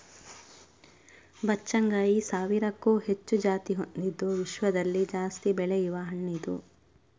ಬಚ್ಚಗಾಂಯಿ ಸಾವಿರಕ್ಕೂ ಹೆಚ್ಚು ಜಾತಿ ಹೊಂದಿದ್ದು ವಿಶ್ವದಲ್ಲಿ ಜಾಸ್ತಿ ಬೆಳೆಯುವ ಹಣ್ಣಿದು